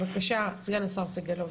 בבקשה, סגן השר סגלוביץ'.